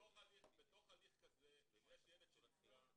בתוך הליך כזה יש ילד שנפגע,